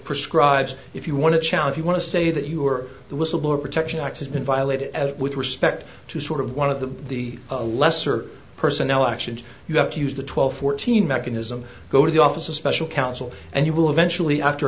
prescribe if you want to challenge you want to say that you are the whistleblower protection act has been violated as with respect to sort of one of the the a lesser personnel actions you have to use the twelve fourteen mechanism go to the office of special counsel and he will eventually after